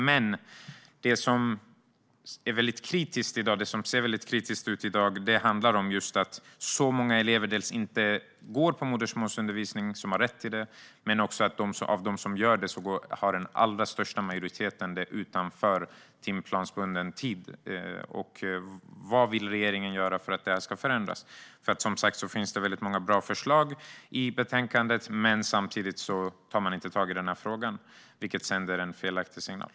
Men det ser väldigt kritiskt ut i dag; många elever går inte på modersmålsundervisning fast de har rätt till det, och av dem som gör det har en stor majoritet undervisningen utanför timplansbunden tid. Vad vill regeringen göra för att det här ska förändras? Som sagt finns det väldigt många bra förslag i betänkandet, men man tar inte tag i denna fråga, vilket sänder en felaktig signal.